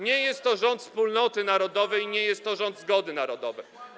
Nie jest to rząd wspólnoty narodowej i nie jest to rząd zgody narodowej.